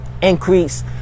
increase